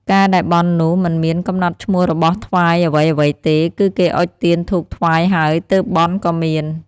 ការដែលបន់នោះ មិនមានកំណត់ឈ្មោះរបស់ថ្វាយអ្វីៗទេ គឺគេអុជទៀនធូបថ្វាយហើយទើបបន់ក៏មាន